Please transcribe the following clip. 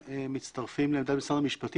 מצטרפים לעמדת משרד המשפטים,